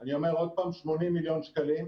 אני אומר עוד פעם, 80 מיליון שקלים.